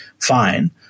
fine